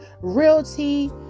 realty